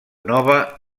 nova